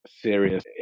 serious